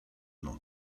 note